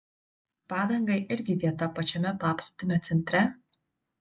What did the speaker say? padangai irgi vieta pačiame paplūdimio centre